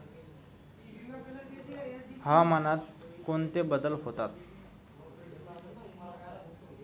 हवामानात कोणते बदल होतात?